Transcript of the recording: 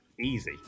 Easy